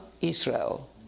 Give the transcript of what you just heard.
Israel